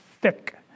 thick